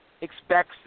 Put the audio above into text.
expects